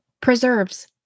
preserves